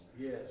Yes